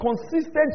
consistent